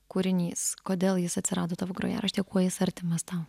kūrinys kodėl jis atsirado tavo grojaraštyje kuo jis artimas tau